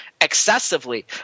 excessively